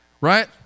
right